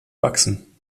wachsen